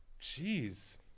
Jeez